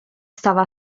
stava